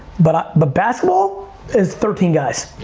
but but basketball is thirteen guys.